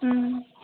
ꯎꯝ